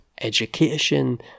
education